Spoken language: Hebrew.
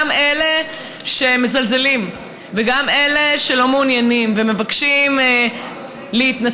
גם אלה שמזלזלים וגם אלה שלא מעוניינים ומבקשים להתנתק,